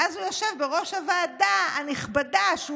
ואז הוא יושב בראש הוועדה הנכבדה שהוא